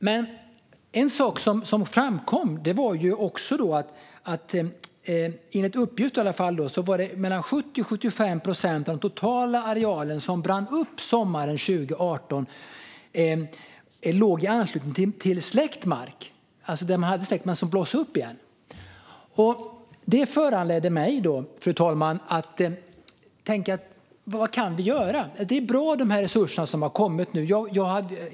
Men en sak som framkom var att mellan 70 och 75 procent av den totala areal som brann upp sommaren 2018 enligt uppgift låg i anslutning till mark där man hade släckt men där det blossade upp igen. Det föranledde mig, fru talman, att tänka på vad vi kan göra. Det är bra med de resurser som har kommit nu.